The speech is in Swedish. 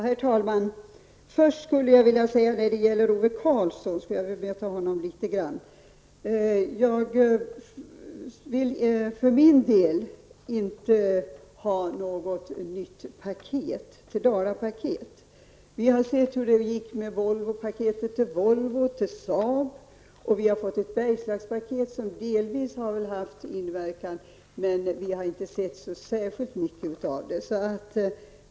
Herr talman! Jag vill först bemöta Ove Karlsson. För min del vill jag inte ha något nytt Dala-paket. Vi har sett hur det gick med Volvo-paketet och Saab-paketet. Det Bergslags-paket som vi fick hade väl en viss effekt, men vi har inte sett särskilt stora effekter.